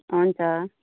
हुन्छ